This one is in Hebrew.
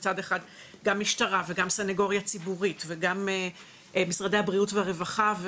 מצד אחד גם משטרה וגם סנגוריה ציבורית וגם משרדי הבריאות והרווחה,